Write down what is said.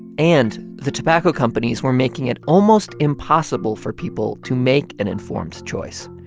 and the tobacco companies were making it almost impossible for people to make an informed choice.